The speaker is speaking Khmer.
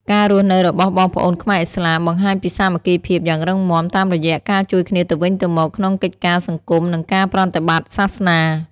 ការរស់នៅរបស់បងប្អូនខ្មែរឥស្លាម បង្ហាញពីសាមគ្គីភាពយ៉ាងរឹងមាំតាមរយៈការជួយគ្នាទៅវិញទៅមកក្នុងកិច្ចការសង្គម និងការប្រតិបត្តិសាសនា។